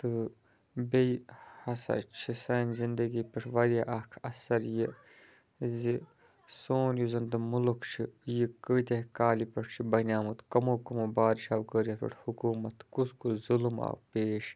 تہٕ بیٚیہِ ہسا چھِ سانہِ زندگی پٮ۪ٹھ واریاہ اَکھ اثر یہِ زِ سون یُس زَنتہٕ مُلُک چھُ یہِ کۭتیٛاہ کالہِ پٮ۪ٹھ چھُ بنیمُت کَمو کَمو بادشاہو کٔر یَتھ پٮ۪ٹھ حکوٗمت کُس کُس ظُلُم آو پیش